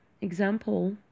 example